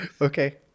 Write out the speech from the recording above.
Okay